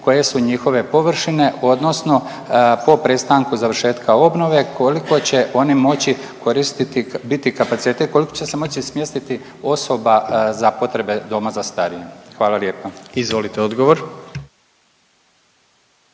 koje su njihove površine odnosno po prestanku završetka obnove koliko će oni moći koristiti biti kapaciteti, koliko će se moći smjestiti osoba za potrebe doma za starije? Hvala lijepa. **Jandroković,